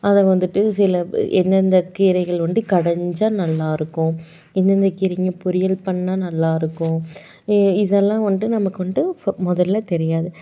அது வந்துட்டு சில எந்தெந்த கீரைகள் வந்துட்டு கடைஞ்சா நல்லாயிருக்கும் எந்தெந்த கீரைங்கள் பொரியல் பண்ணால் நல்லாயிருக்கும் இதெல்லாம் வந்துட்டு நமக்கு வந்துட்டு முதல்ல தெரியாது